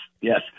yes